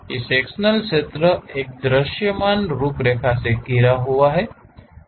sectional क्षेत्र एक दृश्यमान रूपरेखा से घिरा हुआ है